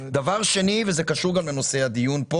דבר שני וזה קשור גם לנושא הדיון,